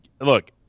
Look